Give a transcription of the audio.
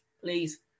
please